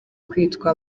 kwitwa